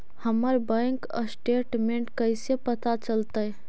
हमर bank statement कैसे पता चलतै?